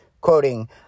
Quoting